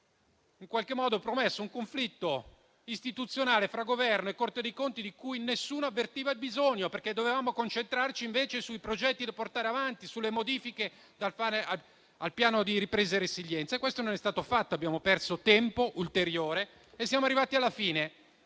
settimane avete promesso un conflitto istituzionale fra Governo e Corte dei conti di cui nessuno avvertiva il bisogno, perché invece dovevamo concentrarci sui progetti da portare avanti e sulle modifiche da fare al Piano di ripresa e resilienza e questo non è stato fatto. Abbiamo perso tempo ulteriore e siamo arrivati alla fine,